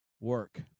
work